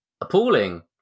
appalling